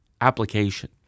application